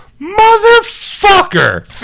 motherfucker